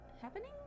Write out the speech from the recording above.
happening